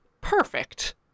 Perfect